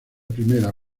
primera